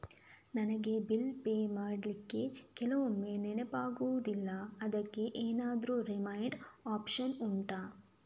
ನನಗೆ bill pay ಮಾಡ್ಲಿಕ್ಕೆ ಕೆಲವೊಮ್ಮೆ ನೆನಪಾಗುದಿಲ್ಲ ಅದ್ಕೆ ಎಂತಾದ್ರೂ ರಿಮೈಂಡ್ ಒಪ್ಶನ್ ಉಂಟಾ